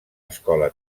escola